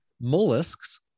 mollusks